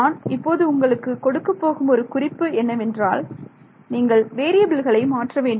நான் இப்போது உங்களுக்கு கொடுக்கப் போகும் ஒரு குறிப்பு என்னவென்றால் நீங்கள் வேறியபில்களை மாற்ற வேண்டும்